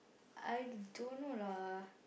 I don't know lah